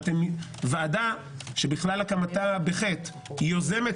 אתם ועדה שבכלל הקמתה בחטא היא יוזמת